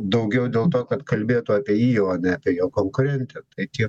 daugiau dėl to kad kalbėtų apie jį o ne apie jo konkurentę tai